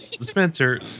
Spencer